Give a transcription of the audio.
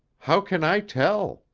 how can i tell?